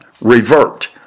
revert